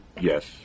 yes